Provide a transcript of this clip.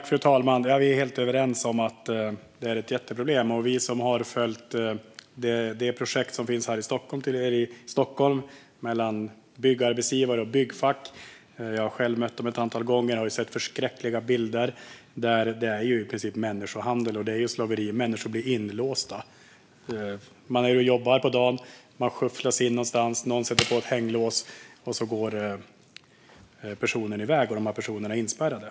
Fru talman! Vi är helt överens om att detta är ett jätteproblem. Vi har följt det projekt som pågår här i Stockholm mellan byggarbetsgivare och byggfack. Jag har själv mött dem ett antal gånger och sett förskräckliga bilder. Det är ju i princip människohandel och slaveri det handlar om. Människor blir inlåsta. De jobbar på dagen och skyfflas sedan in någonstans, och någon sätter på ett hänglås och går iväg så att de är inspärrade.